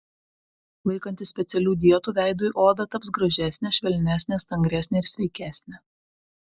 laikantis specialių dietų veidui oda taps gražesnė švelnesnė stangresnė ir sveikesnė